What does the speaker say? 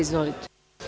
Izvolite.